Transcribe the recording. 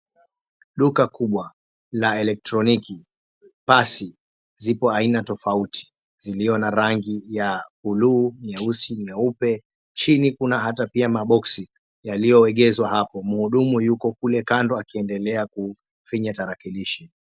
Duka kubwa la elektroniki, pasi ziko aina tofauti zilio na rangi ya buluu, nyeusi, nyeupe, chini kuna hata pia maboxi yaliongezwa hapo, mhudumu yuko huko kando akiendelea kufinya tarakilishi.